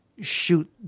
shoot